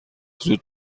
زود